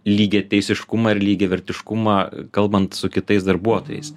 lygiateisiškumą ir lygiavertiškumą kalbant su kitais darbuotojais